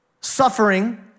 suffering